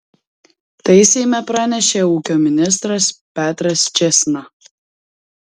tai seime pranešė ūkio ministras petras čėsna